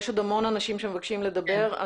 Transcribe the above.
יש עוד המון אנשים שמבקשים לדבר.